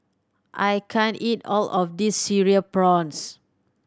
I can't eat all of this Cereal Prawns